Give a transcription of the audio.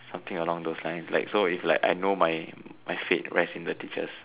something along those lines like so it's like I know my fate lies in the teachers